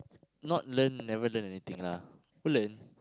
not learnt never learnt anything lah learn